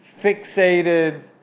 fixated